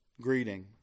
greeting